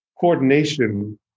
coordination